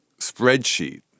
spreadsheet